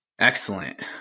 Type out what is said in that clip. Excellent